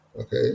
okay